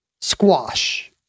squash